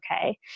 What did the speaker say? okay